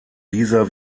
dieser